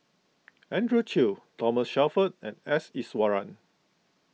Andrew Chew Thomas Shelford and S Iswaran